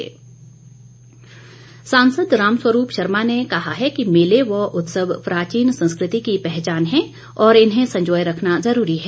रामस्वरूप सांसद रामस्वरूप शर्मा ने कहा है कि मेले व उत्सव प्राचीन संस्कृति की पहचान है और इन्हें संजोय रखना जरूरी है